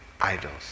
idols